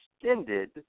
extended